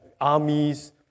armies